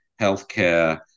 healthcare